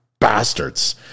bastards